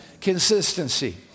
Consistency